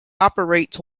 operates